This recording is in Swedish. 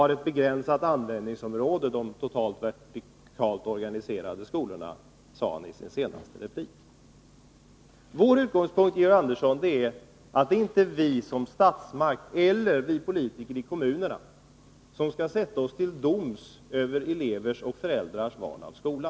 De totalt vertikalt organiserade skolorna har ett begränsat användningsområde, anförde han i sin senaste replik. Vår utgångspunkt, Georg Andersson, är att det inte är vi som statsmakt eller vi som politiker i kommunerna som skall sätta oss till doms över elevers och föräldrars val av skola.